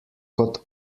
kot